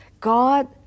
God